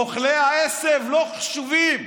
אוכלי העשב לא חשובים,